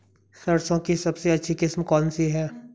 सरसों की सबसे अच्छी किस्म कौन सी है?